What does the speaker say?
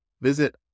Visit